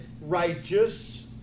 righteous